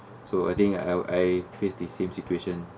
so I think I I face the same situation